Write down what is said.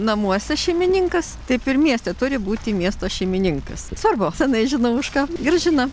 namuose šeimininkas taip ir mieste turi būti miesto šeimininkas svarbu senai žinau už ką gražina